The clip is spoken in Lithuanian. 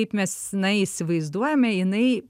kaip mes na įsivaizduojame jinai